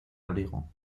abrigo